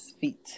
feet